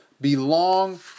belong